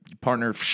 partner